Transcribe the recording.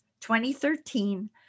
2013